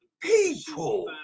People